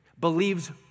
believes